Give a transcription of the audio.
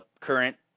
Current